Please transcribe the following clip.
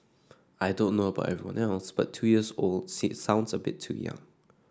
I don't know about everyone else but two years old sounds a bit too young